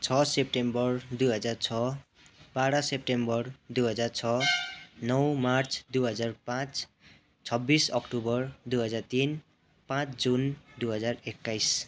छ सेप्टेम्बर दुई हजार छ बाह्र सेप्टेम्बर दुई हजार छ नौ मार्च दुई हजार पाँच छब्बिस अक्टोबर दुई हजार तिन पाँच जुन दुई हजार एक्काइस